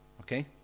Okay